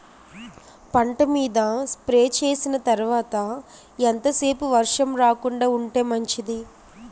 పంట మీద స్ప్రే చేసిన తర్వాత ఎంత సేపు వర్షం రాకుండ ఉంటే మంచిది?